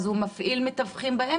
אז הוא מפעיל מתווכים.